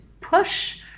push